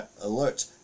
Alert